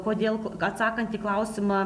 kodėl atsakant į klausimą